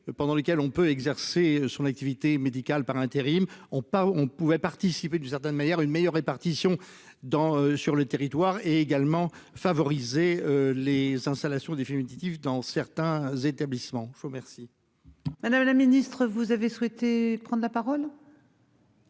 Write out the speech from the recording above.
pendant laquelle on peut exercer son activité médicale par intérim on part on pouvait participer d'une certaine manière, une meilleure répartition dans sur le territoire et également favoriser les installations définitif dans certains établissements. Je vous remercie.-- Madame la ministre, vous avez souhaité prendre la parole.